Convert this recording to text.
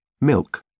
milk